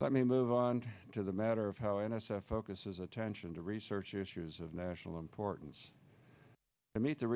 let me move on to the matter of how n s f focuses attention to research issues of national importance i meet the